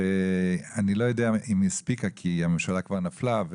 ואני לא יודע אם היא הספיקה כי הממשלה נפלה,